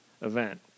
event